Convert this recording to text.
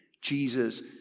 Jesus